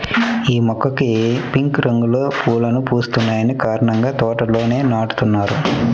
యీ మొక్కకి పింక్ రంగులో పువ్వులు పూస్తున్న కారణంగా తోటల్లో నాటుతున్నారు